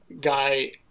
guy